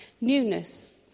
newness